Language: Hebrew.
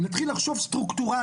נתחיל לחשוב סטרוקטורלית.